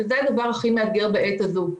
שזה הדבר הכי מאתגר בעת הזו.